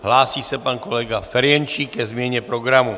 Hlásí se pan kolega Ferjenčík ke změně programu.